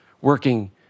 working